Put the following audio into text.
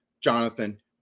Jonathan